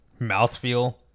Mouthfeel